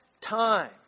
time